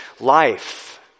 life